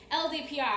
LDPR